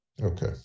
Okay